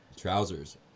Trousers